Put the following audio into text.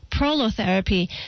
prolotherapy